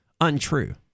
untrue